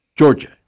Georgia